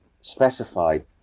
specified